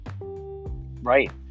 Right